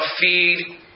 feed